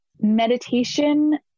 Meditation